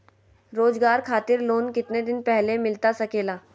रोजगार खातिर लोन कितने दिन पहले मिलता सके ला?